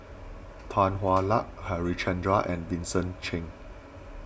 Tan Hwa Luck Harichandra and Vincent Cheng